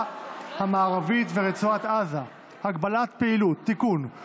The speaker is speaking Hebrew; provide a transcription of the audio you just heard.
המערבית ורצועת עזה (הגבלת פעילות) (תיקון,